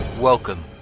Welcome